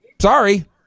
Sorry